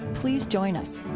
please join us